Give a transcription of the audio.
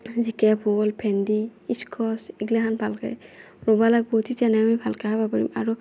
জিকা ভোল ভেন্দি ইস্কচ এইগ্লাখান ভালকৈ ৰুব লাগিব তিথেনহে আমি ভালকৈ খাব পাৰিম আৰু